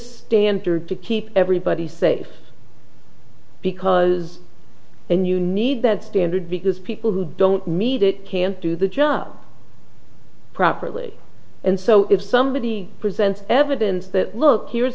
standard to keep everybody safe because then you need that standard because people who don't need it can't do the job properly and so if somebody presents evidence that look here's